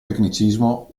tecnicismo